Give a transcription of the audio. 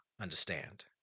understand